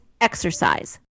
exercise